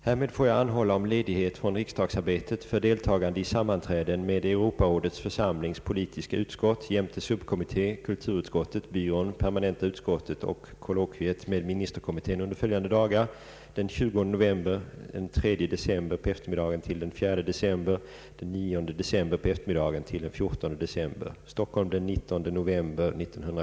Härmed får jag anhålla om ledighet från riksdagsarbetet för deltagande i sammanträden med Europarådets församlings politiska utskott jämte subkommitté, kulturutskottet, byrån, permanenta utskottet och kollokviet med ministerkommittén under följande dagar: den 20 november, den 3 december em.—den 4 december och den 9 december em.—den 14 december.